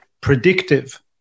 predictive